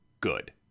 good